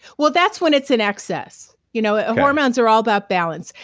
well, that's when it's in excess. you know ah hormones are all about balance.